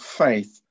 faith